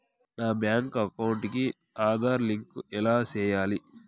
నా bank account కి Aadhaar link ఎలా సేయాలి